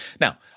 Now